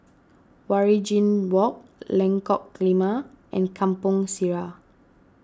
Waringin Walk Lengkok Lima and Kampong Sireh